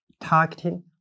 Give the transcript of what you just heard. targeting